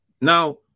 Now